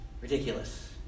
Ridiculous